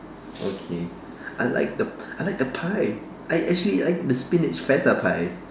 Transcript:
okay I like the I like the pie I actually like the spinach Feta pie